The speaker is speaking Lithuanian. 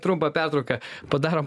trumpą pertrauką padarom